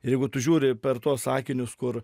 ir jeigu tu žiūri per tuos akinius kur